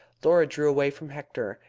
laura drew away from hector,